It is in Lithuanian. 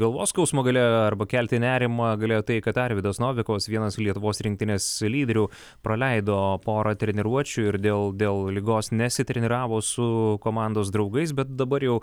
galvos skausmą galėjo arba kelti nerimą galėjo tai kad arvydas novikovas vienas lietuvos rinktinės lyderių praleido porą treniruočių ir dėl dėl ligos nesitreniravo su komandos draugais bet dabar jau